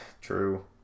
True